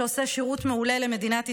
שעושה שירות מעולה למדינת ישראל,